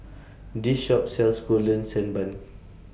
This Shop sells Golden Sand Bun